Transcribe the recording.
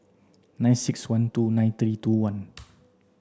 nine six one two nine three two one